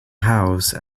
house